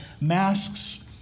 masks